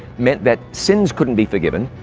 meant that sins couldn't be forgiven,